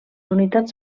unitats